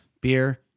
beer